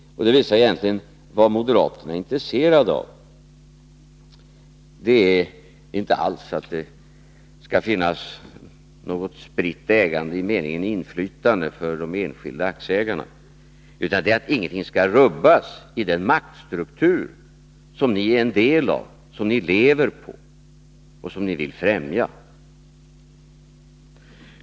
Det visar egentligen vad ni moderater är intresserade av. Det är inte alls att det skall finnas något spritt ägande i meningen inflytande för de enskilda aktieägarna, utan det är att ingenting skall rubbas i den maktstruktur som ni är en del av, som ni lever på och som ni vill främja.